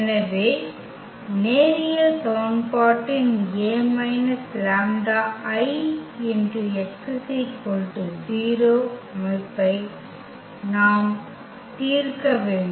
எனவே நேரியல் சமன்பாட்டின் A − λIx 0 அமைப்பை நாம் தீர்க்க வேண்டும்